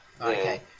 Okay